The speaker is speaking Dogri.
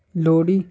लोह्ड़ी